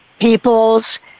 peoples